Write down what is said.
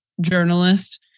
journalist